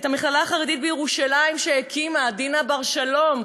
את המכללה החרדית בירושלים שהקימה עדינה בר-שלום,